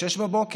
וב-06:00,